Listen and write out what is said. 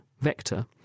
vector